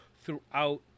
throughout